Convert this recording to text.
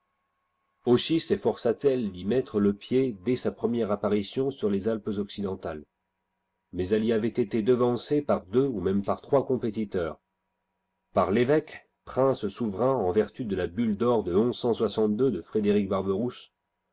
aussi s'efforça t-elle d'y mettre le pied dès digitized by google sa première apparition sur les alpes occidentales mais elle y avait été devancée par deux ou môme par trois compétiteurs par i'évôque prince souverain en vertu de la bulle d'or de de frédéric barbcrousse